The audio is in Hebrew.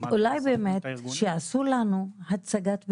אולי באמת שיעשו לנו הצגת ביניים,